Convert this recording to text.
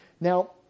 Now